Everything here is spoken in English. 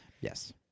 Yes